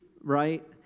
right